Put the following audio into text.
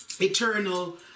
Eternal